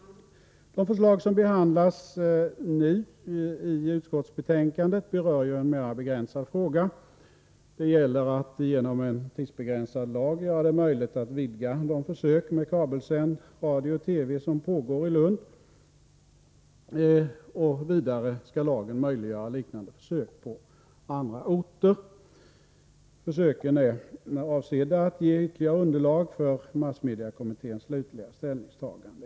Det förslag som nu behandlas berör en mera begränsad fråga. Det gäller att genom en tidsbegränsad lag göra det möjligt att vidga de försök med kabelsänd radio och TV som pågår i Lund. Vidare skall lagen möjliggöra liknande försök på andra orter. Försöken är avsedda att ge ytterligare underlag för massmediekommitténs slutliga ställningstagande.